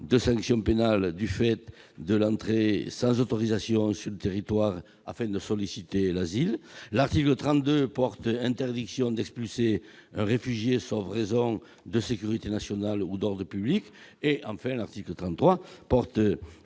de sanctions pénales du fait de l'entrée sans autorisation sur le territoire afin de solliciter l'asile, l'article 32 porte interdiction d'expulser un réfugié, sauf raisons de sécurité nationale ou d'ordre public, et l'article 33 porte